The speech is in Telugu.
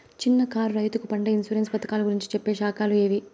చిన్న కారు రైతుకు పంట ఇన్సూరెన్సు పథకాలు గురించి చెప్పే శాఖలు ఏవి?